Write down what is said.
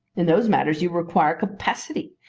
in those matters you require capacity.